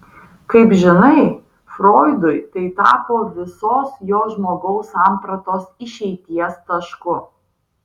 kaip žinai froidui tai tapo visos jo žmogaus sampratos išeities tašku